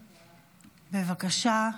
בבקשה.